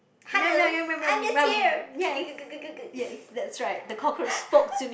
hello I'm just here